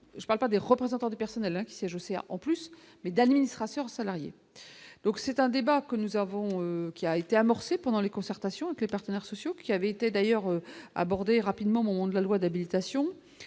je parle pas des représentants du personnel, qui siège au CA en plus mais d'administrateurs salariés, donc c'est un débat que nous avons qui a été amorcé pendant les concertations avec les partenaires sociaux qui avaient été d'ailleurs abordée rapidement monde la loi d'habilitation